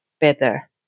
better